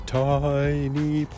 tiny